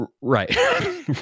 Right